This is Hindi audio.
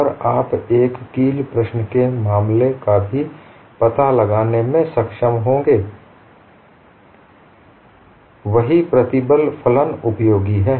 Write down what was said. और आप एक कील प्रश्न के मामले का भी पता लगाने में सक्षम होंगे वही प्रतिबल फलन उपयोगी है